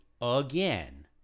again